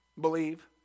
Believe